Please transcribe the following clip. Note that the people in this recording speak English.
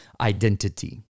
identity